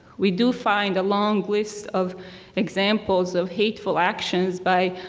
we do find a long list of examples of hateful actions by,